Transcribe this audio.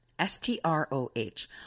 S-T-R-O-H